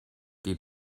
die